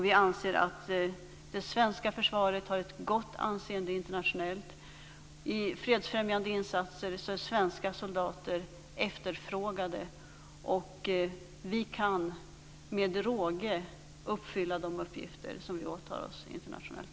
Vi anser att det svenska försvaret har ett gott anseende internationellt. I fredsfrämjande insatser är svenska soldater efterfrågade. Vi kan med råge uppfylla de uppgifter som vi åtar oss internationellt.